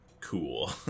cool